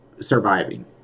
surviving